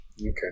Okay